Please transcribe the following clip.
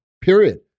Period